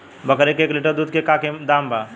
बकरी के एक लीटर दूध के का दाम बा?